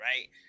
Right